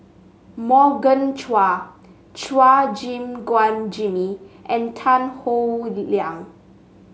Morgan Chua Chua Gim Guan Jimmy and Tan Howe Liang